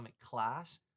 class